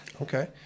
okay